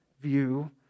view